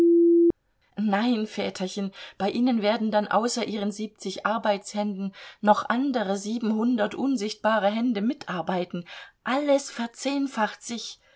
nein väterchen bei ihnen werden dann außer ihren siebzig arbeitshänden noch andere siebenhundert unsichtbare hände mitarbeiten alles verzehnfacht sich